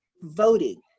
voting